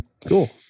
cool